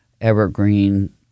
evergreen